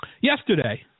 yesterday